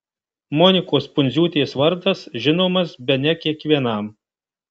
monikos pundziūtės vardas žinomas bene kiekvienam